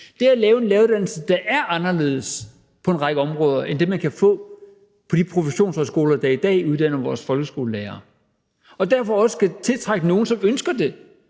er at lave en læreruddannelse, der på en række områder er anderledes end det, man kan få på de professionshøjskoler, der i dag uddanner vores folkeskolelærere, og som derfor også kan tiltrække nogle, som ønsker det